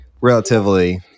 relatively